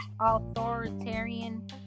Authoritarian